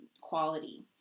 quality